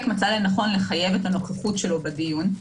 מצא לנכון לחייב את הנוכחות שלו בדיון,